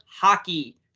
hockey